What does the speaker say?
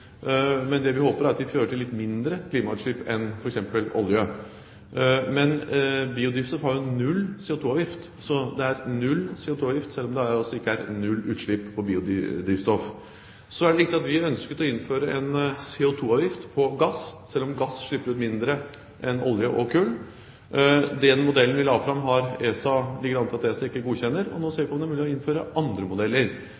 enn f.eks. olje. Biodrivstoff har null CO2-avgift, så det er null CO2-avgift selv om det ikke er null utslipp fra biodrivstoff. Så er det riktig at vi ønsket å innføre en CO2-avgift på gass, selv om gass slipper ut mindre enn olje og kull. Den modellen vi la fram, ligger det an til at ESA ikke godkjenner, og nå